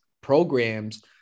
programs